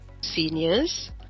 seniors